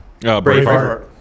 Braveheart